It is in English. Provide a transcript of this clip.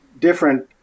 different